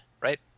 right